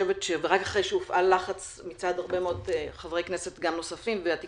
ורק אחרי שהופעל לחץ מצד הרבה מאוד חברי כנסת נוספים ומצד התקשורת,